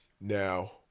Now